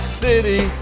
city